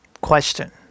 question